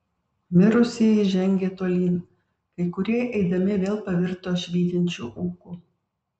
mirusieji žengė tolyn kai kurie eidami vėl pavirto švytinčiu ūku